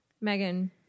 megan